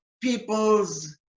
people's